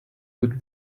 would